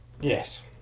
Yes